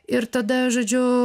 ir tada žodžiu